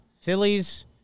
Phillies